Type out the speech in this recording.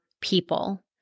people